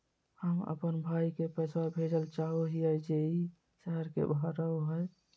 हम अप्पन भाई के पैसवा भेजल चाहो हिअइ जे ई शहर के बाहर रहो है